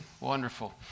Wonderful